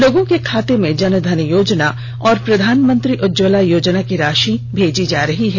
लोगों के खाते में जन धन योजना और प्रधानमंत्री उज्जवला योजना की राषि भेजी जा रही है